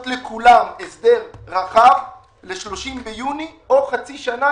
לכולם הסדר רחב ל-30 ביוני או חצי שנה,